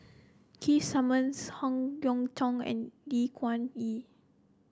Keith Simmons Howe Yoon Chong and Lee Kuan Yew